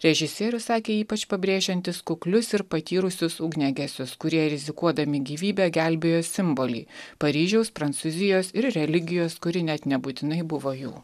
režisierius sakė ypač pabrėžiantis kuklius ir patyrusius ugniagesius kurie rizikuodami gyvybę gelbėjo simbolį paryžiaus prancūzijos ir religijos kuri net nebūtinai buvo jų